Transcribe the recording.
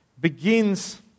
begins